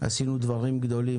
עשינו דברים גדולים,